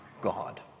god